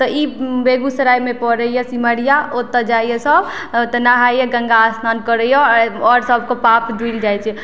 तऽ ई बेगूसरायमे पड़इए सिमरिया ओतऽ जाइए सब ओतऽ नहाइए गंगा स्नान करइए आओर सबके पाप धुलि जाइ छै